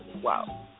Wow